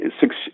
six